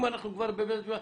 אם אנחנו כבר בבית משפט,